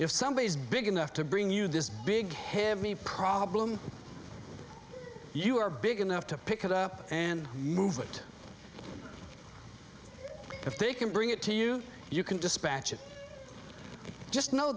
if somebody is big enough to bring you this big heavy problem you are big enough to pick it up and move it if they can bring it to you you can dispatch it just know